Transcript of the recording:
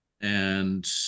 And-